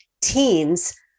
teens